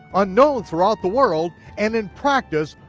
unknown throughout the world, and in practice,